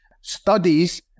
studies